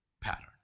pattern